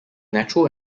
natural